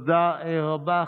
תודה רבה.